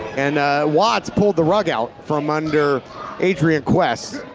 and watts pulled the rug out from under adrian quest.